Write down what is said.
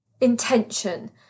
intention